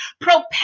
propel